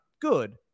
good